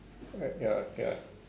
ya ya ya